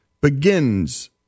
Begins